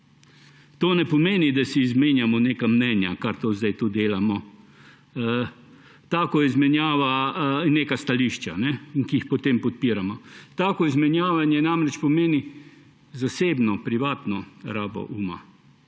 To ne pomeni, da si izmenjamo neka mnenja, kar zdaj tukaj delamo, izmenjamo neka stališča in jih potem podpiramo. Tako izmenjavanje namreč pomeni zasebno, privatno rabo uma.